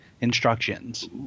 instructions